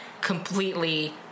completely